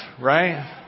right